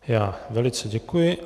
Já velice děkuji.